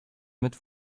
mit